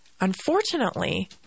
Unfortunately